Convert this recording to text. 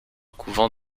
couvent